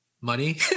Money